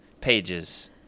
pages